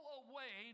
away